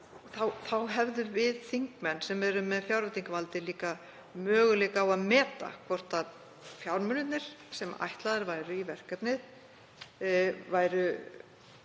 Þá hefðum við þingmenn sem erum með fjárveitingavaldið líka möguleika á að meta hvort fjármunirnir sem ætlaðir væru í verkefnið væru of miklir